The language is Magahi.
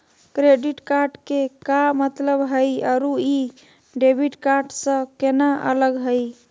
क्रेडिट कार्ड के का मतलब हई अरू ई डेबिट कार्ड स केना अलग हई?